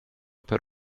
per